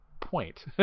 point